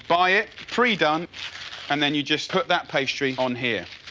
buy it pre-done and then you just put that pastry on here.